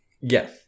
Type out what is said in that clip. Yes